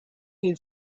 who